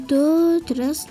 du tris